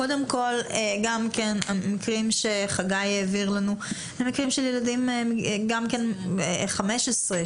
קודם כל המקרים שחגי העביר לנו אלה מקרים של ילדים מגיל 15,